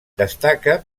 destaca